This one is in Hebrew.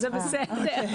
בבקשה.